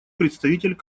представитель